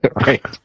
Right